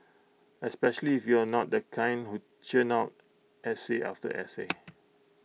especially if you're not the kind who churn out essay after essay